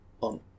on